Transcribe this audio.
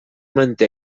manté